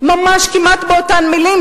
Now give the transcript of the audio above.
ממש כמעט באותן מלים.